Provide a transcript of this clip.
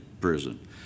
prison